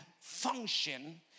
function